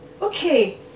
Okay